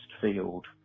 field